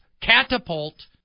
Catapult